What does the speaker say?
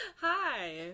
Hi